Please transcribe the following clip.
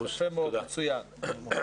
יפה מאוד, מצוין.